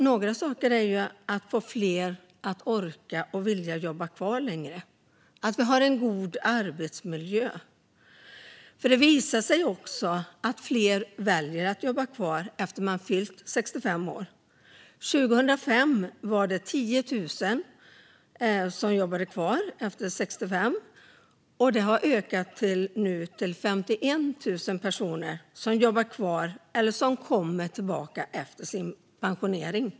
Några saker är att få fler att orka och vilja jobba kvar längre och att vi har en god arbetsmiljö. Det visar sig att fler väljer att jobba kvar efter de fyllt 65 år. År 2005 var det 10 000 som jobbade kvar efter 65, och det har nu ökat till 51 000 personer som jobbar kvar eller som kommer tillbaka efter sin pensionering.